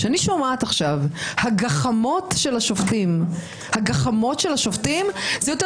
כשאני שומעת עכשיו "הגחמות של השופטים" זה יותר